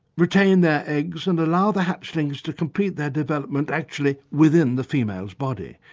retain their eggs and allow the hatchlings to complete their development actually within the female's body.